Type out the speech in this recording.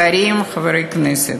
שרים, חברי הכנסת,